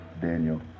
Daniel